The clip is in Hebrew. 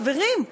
חברים,